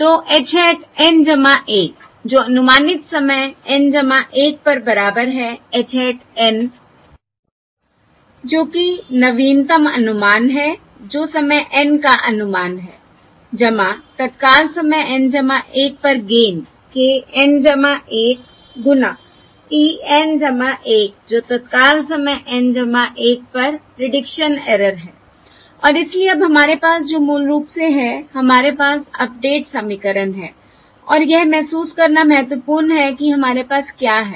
तो h hat N 1 जो अनुमानित समय N 1 पर बराबर है h hat N जो कि नवीनतम अनुमान है जो समय N का अनुमान है तत्काल समय N 1 पर गेन k N 1 गुना e N 1 जो तत्काल समय N 1 पर प्रीडिक्शन एरर है और इसलिए अब हमारे पास जो मूल रूप से है हमारे पास अपडेट समीकरण है और यह महसूस करना महत्वपूर्ण है कि हमारे पास क्या है